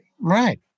Right